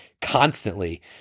constantly